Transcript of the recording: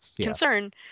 concern